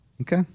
Okay